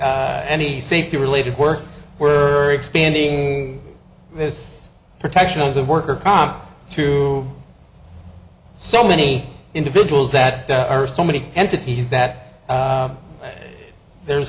any safety related work where expanding this protection of the worker comp to so many individuals that are so many entities that there's